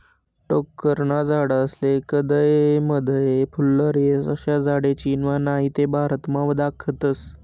टोक्करना झाडेस्ले कदय मदय फुल्लर येस, अशा झाडे चीनमा नही ते भारतमा दखातस